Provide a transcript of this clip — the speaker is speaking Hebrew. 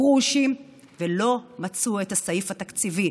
גרושים, לא מצאו את הסעיף התקציבי.